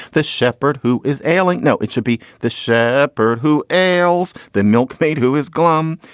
the shepherd who is ailing now. it should be the shepherd who ails the milkmaid, who is glum.